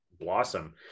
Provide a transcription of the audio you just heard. blossom